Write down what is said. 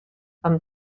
amb